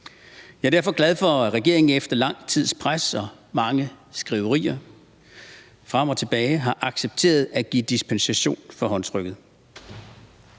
Jeg er derfor glad for, at regeringen efter lang tids pres og mange skriverier frem og tilbage har accepteret at give dispensation fra håndtrykket.